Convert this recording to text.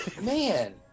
man